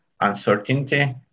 uncertainty